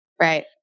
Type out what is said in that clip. right